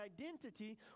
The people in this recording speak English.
identity